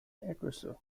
ergüsse